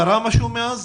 קרה משהו מאז?